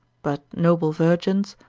but noble virgins,